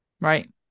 Right